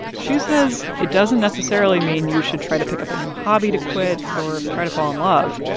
xu says it doesn't necessarily mean you should try to pick up a new hobby to quit or try to fall in love,